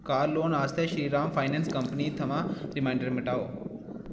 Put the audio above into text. कार loan आस्तै Shriram finance company थमां reminder मिटाओ